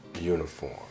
uniform